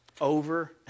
over